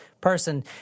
person